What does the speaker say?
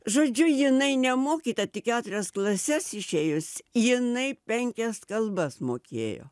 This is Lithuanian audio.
žodžiu jinai nemokyta tik keturias klases išėjus jinai penkias kalbas mokėjo